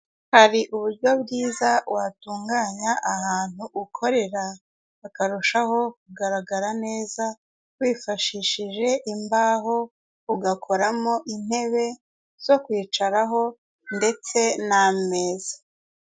Hari uburyo bwiza watunganya ahantu ukorera bakarushaho kugaragara neza wifashishije imbaho ugakoramo intebe zo kwicaraho ndetse n'ameza.